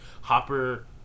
Hopper